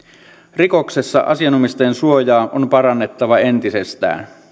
rikoksessa asianomistajan suojaa on parannettava entisestään